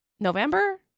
November